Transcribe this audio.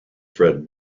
fred